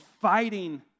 fighting